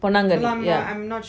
பொன்னாங்கண்ணி:ponanganni yeah